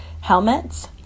helmets